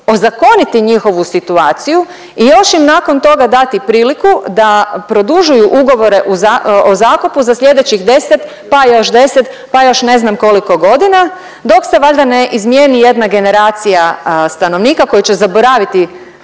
ozakoniti njihovu situaciju i još im nakon toga dati priliku da produžuju ugovore o zakupu za sljedećih 10, pa i još 10, pa i još ne znam koliko godina dok se valjda ne izmijeni jedna generacija stanovnika koja će zaboraviti